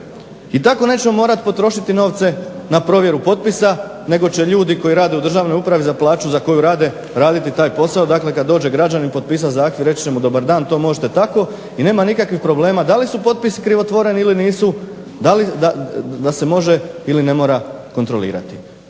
i tako nećemo morat potrošiti novce na provjeru potpisa nego će ljudi koji rade u državnoj upravi za plaću za koju rade raditi taj posao, dakle kad dođe građanin potpisat zahtjev reći ćemo dobar dan, to možete tako i nema nikakvih problema da li su potpisi krivotvoreni ili nisu, da se može ili ne mora kontrolirati.